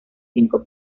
cinco